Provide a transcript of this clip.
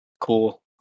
Cool